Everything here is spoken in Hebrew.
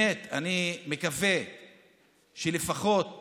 אני מקווה שלפחות